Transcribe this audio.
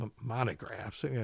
monographs